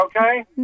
okay